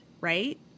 right